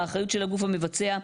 האחריות של הגוף המבצע,